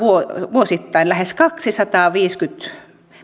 vuosittain lähes kaksisataaviisikymmentä